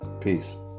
Peace